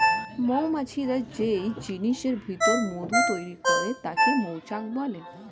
মৌমাছিরা যেই জিনিসের ভিতর মধু তৈরি করে তাকে মৌচাক বলে